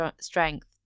strength